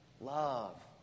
Love